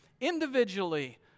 individually